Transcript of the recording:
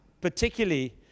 particularly